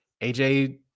AJ